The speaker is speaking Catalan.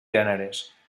gèneres